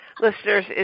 listeners